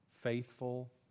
faithful